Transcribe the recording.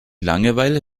langeweile